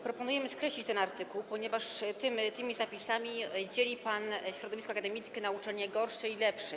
Proponujemy skreślić ten artykuł, ponieważ tymi zapisami dzieli pan środowisko akademickie na uczelnie gorsze i lepsze.